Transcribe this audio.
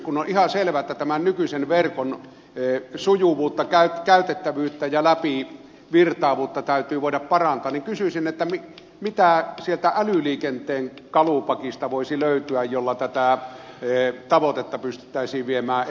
kun on ihan selvää että tämän nykyisen verkon sujuvuutta käytettävyyttä ja läpivirtaavuutta täytyy voida parantaa niin kysyisin mitä sieltä älyliikenteen kalupakista voisi löytyä jotta tätä tavoitetta pystyttäisiin viemään eteenpäin